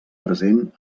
present